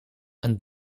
een